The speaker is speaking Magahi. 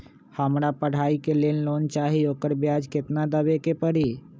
हमरा पढ़ाई के लेल लोन चाहि, ओकर ब्याज केतना दबे के परी?